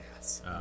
yes